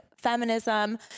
feminism